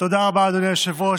תודה רבה, אדוני היושב-ראש.